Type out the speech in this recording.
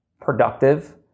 productive